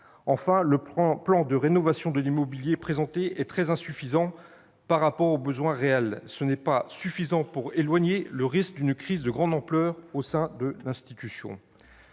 Enfin, le plan de rénovation de l'immobilier présenté est très insuffisant par rapport aux besoins réels : ce n'est pas assez pour éloigner le risque d'une crise de grande ampleur au sein de l'institution.